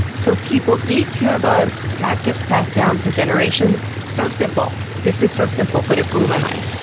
so people eat fewer bugs, that gets passed down for generations so simple. this is so simple, but it blew my mind.